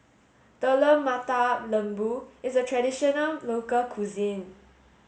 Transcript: Telur Mata Lembu is a traditional local cuisine